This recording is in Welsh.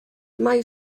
mae